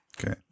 Okay